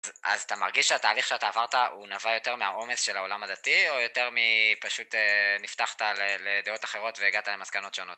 אז אתה מרגיש שהתהליך שאתה עברת הוא נבע יותר מהעומס של העולם הדתי או יותר מפשוט נפתחת לדעות אחרות והגעת למסקנות שונות